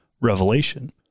revelation